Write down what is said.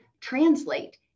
translate